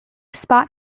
spot